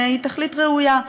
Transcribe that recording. היא תכלית ראויה: